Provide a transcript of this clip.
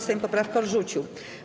Sejm poprawkę odrzucił.